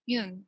Yun